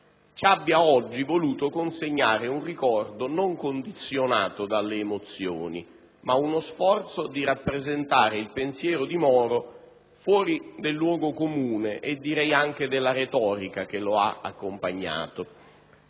ci abbia oggi voluto consegnare un ricordo non condizionato dalle emozioni, ma uno sforzo di rappresentare il pensiero di Moro fuori dal luogo comune e direi anche dalla retorica che lo ha accompagnato.